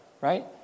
right